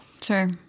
Sure